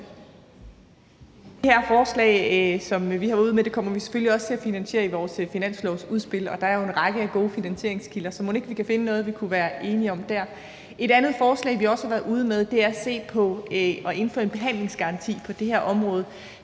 Det forslag, som vi er ude med, kommer vi selvfølgelig også til at finansiere i vores finanslovsudspil, og der er jo en række gode finansieringskilder, så mon ikke vi kan finde noget, vi kunne være enige om der? Et andet forslag, vi også har været ude med, er at se på at indføre en behandlingsgaranti på det her område.